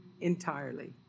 entirely